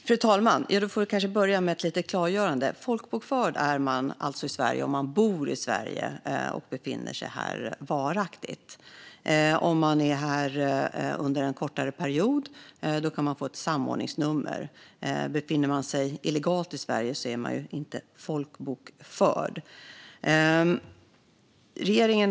Fru talman! Jag ska kanske börja med ett litet klargörande. Folkbokförd i Sverige är man om man bor i Sverige, alltså befinner sig här varaktigt. Om man är här under en kortare period kan man få ett samordningsnummer. Befinner man sig illegalt i Sverige är man ju inte folkbokförd.